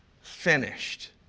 finished